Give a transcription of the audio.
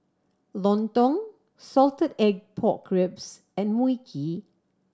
lontong salted egg pork ribs and Mui Kee